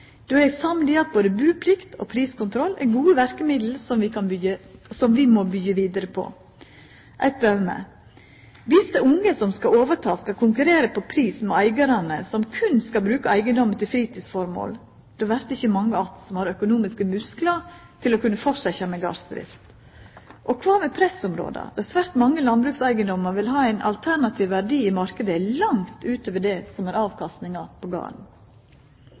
Då er eg samd i at både buplikt og priskontroll er gode verkemiddel som vi må byggja vidare på. Eit døme: Dersom dei unge som skal overta, skal konkurrera på pris med eigarar som berre skal bruka eigedommen til fritidsformål, vert det ikkje mange att som har økonomiske musklar til å kunna fortsetja med gardsdrift. Og kva med pressområda, der svært mange landbrukseigedomar vil ha ein alternativ verdi i marknaden langt utover det som er avkastninga på garden?